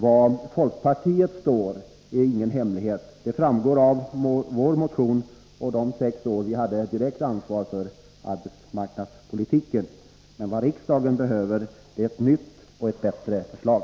Var folkpartiet står är ingen hemlighet — det framgår av vår motion och de sex år vi hade direkt ansvar för arbetsmarknadspolitiken. Men vad riksdagen behöver är ett nytt och bättre förslag.